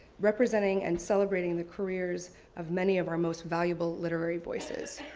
representing and celebrating the careers of many of our most valuable literary voices.